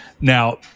Now